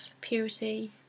purity